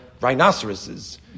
rhinoceroses